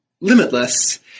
limitless